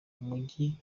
mujyi